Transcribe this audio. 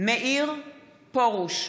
מאיר פרוש,